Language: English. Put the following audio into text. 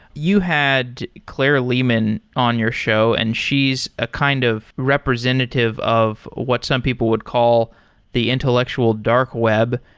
you had claire lehmann on your show, and she's a kind of representative of what some people would call the intellectual dark web,